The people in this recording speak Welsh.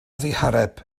ddihareb